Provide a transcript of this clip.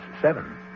seven